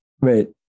Wait